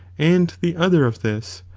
and the other of this,